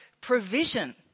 provision